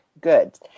good